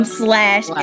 slash